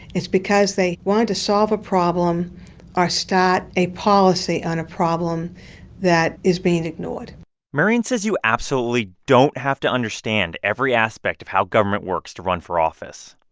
it's because they wanted to solve a problem or start a policy on a problem that is being ignored marian says you absolutely don't have to understand every aspect of how government works to run for office.